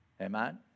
Amen